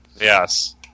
Yes